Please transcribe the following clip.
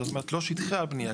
זאת אומרת לא שטחי הבנייה,